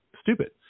stupid